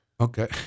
Okay